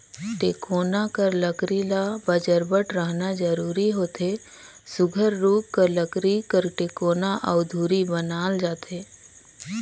टेकोना कर लकरी ल बजरबट रहना जरूरी होथे सुग्घर रूख कर लकरी कर टेकोना अउ धूरी बनाल जाथे